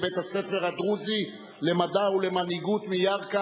בית-הספר הדרוזי למדע ולמנהיגות מירכא,